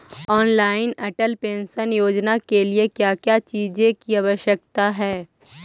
Online Atal pension Yojana के लिए क्या क्या चीजों की आवश्यकता है?